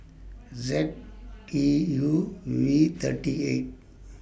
Z E U V thirty eight